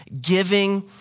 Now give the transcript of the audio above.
giving